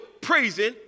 praising